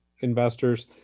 investors